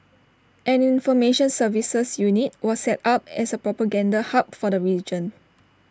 an information services unit was set up as A propaganda hub for the region